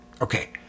Okay